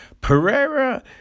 Pereira